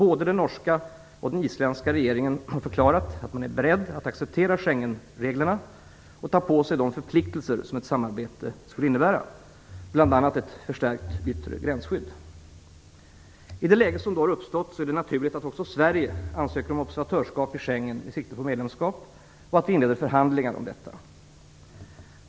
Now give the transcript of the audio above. Både den norska och den isländska regeringen har förklarat sig vara beredda att acceptera Schengenreglerna och ta på sig de förpliktelser som ett samarbete skulle innebära, bl.a. ett förstärkt yttre gränsskydd. I det läge som då har uppstått är det naturligt att även Sverige ansöker om observatörsskap i Schengensamarbetet med sikte på medlemskap, och att vi inleder förhandlingar om detta.